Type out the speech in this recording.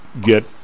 get